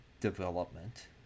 development